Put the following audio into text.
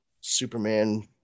Superman